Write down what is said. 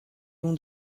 l’on